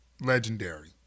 legendary